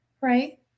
right